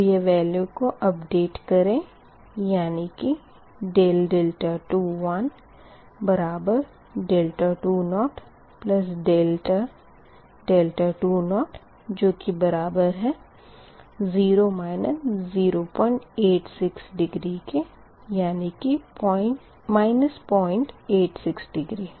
अब यह वेल्यू को अपडेट करें यानी कि ∆2 बराबर 2∆2 जो की बराबर है 0 086 डिग्री बराबर 086 डिग्री